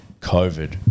COVID